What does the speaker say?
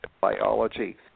biology